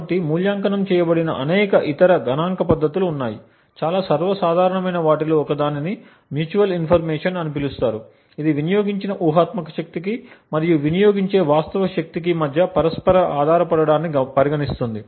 కాబట్టి మూల్యాంకనం చేయబడిన అనేక ఇతర గణాంక పద్ధతులు ఉన్నాయి చాలా సర్వసాధారణమైన వాటిలో ఒక దానిని మ్యూచువల్ ఇన్ఫర్మేషన్ అని పిలుస్తారు ఇది వినియోగించిన ఊహాత్మక శక్తికి మరియు వినియోగించే వాస్తవ శక్తికి మధ్య పరస్పర ఆధారపడటాన్ని పరిగణిస్తుంది